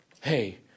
hey